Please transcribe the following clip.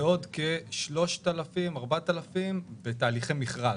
ועוד כ-4,000-3,000 בתהליכי מכרז.